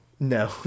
No